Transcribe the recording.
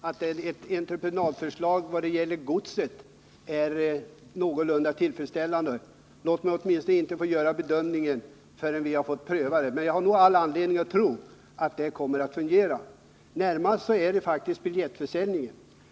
Herr talman! I och för sig kan man nog tycka att ett entreprenadförslag när det gäller godset är någorlunda tillfredsställande. Låt mig åtminstone slippa göra en bedömning på den punkten till dess att vi har prövat det alternativet. Jag har dock all anledning att tro att det kommer att fungera. Närmast är det faktiskt biljettförsäljningen som jag syftar på.